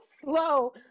slow